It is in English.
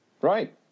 Right